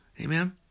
Amen